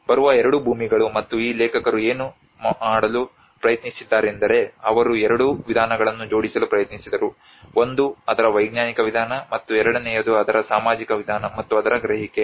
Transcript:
ಬರುವ ಎರಡು ಭೂಮಿಗಳು ಮತ್ತು ಈ ಲೇಖಕರು ಏನು ಮಾಡಲು ಪ್ರಯತ್ನಿಸಿದ್ದಾರೆಂದರೆ ಅವರು ಎರಡೂ ವಿಧಾನಗಳನ್ನು ಜೋಡಿಸಲು ಪ್ರಯತ್ನಿಸಿದರು ಒಂದು ಅದರ ವೈಜ್ಞಾನಿಕ ವಿಧಾನ ಮತ್ತು ಎರಡನೆಯದು ಅದರ ಸಾಮಾಜಿಕ ವಿಧಾನ ಮತ್ತು ಅದರ ಗ್ರಹಿಕೆ